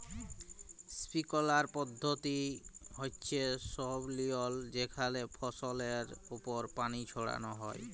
sprinkler পদ্ধতি হচ্যে সই লিয়ম যেখানে ফসলের ওপর পানি ছড়ান হয়